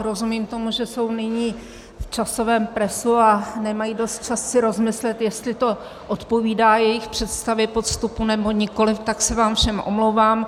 Rozumím tomu, že jsou nyní v časovém presu a nemají dost času si rozmyslet, jestli to odpovídá jejich představě postupu, nebo nikoliv, tak se vám všem omlouvám.